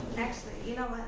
actually, you know what?